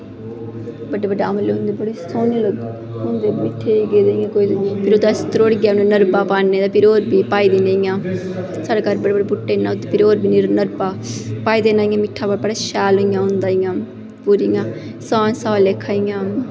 बड्डे बड्डे आमले होंदे बड़े सोह्ने लग्गदे ओह् होंदे मिट्ठे गेदे अस त्रोड़ियै मरब्बा पान्ने पर ओह् पाए दा निं ऐ साढ़े घर बड़े बूह्टे न ओह्जे मरब्बा बड़ा शैल होंदा पाए दा नी ऐ पर सास आह्ला लेक्खा इ'यां